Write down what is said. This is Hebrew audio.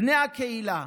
בני הקהילה,